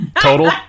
Total